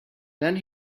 then